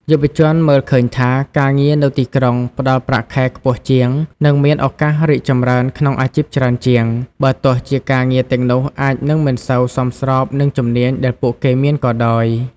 យុវជនមើលឃើញថា ការងារនៅទីក្រុងផ្តល់ប្រាក់ខែខ្ពស់ជាង និងមានឱកាសរីកចម្រើនក្នុងអាជីពច្រើនជាង បើទោះជាការងារទាំងនោះអាចនឹងមិនសូវសមស្របនឹងជំនាញដែលពួកគេមានក៏ដោយ។